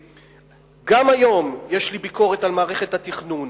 גם היום יש לי ביקורת על מערכת התכנון.